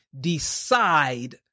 decide